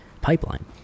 pipeline